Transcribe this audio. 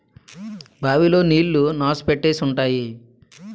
bye లో నీళ్లు నాసు పట్టేసి ఉంటాయి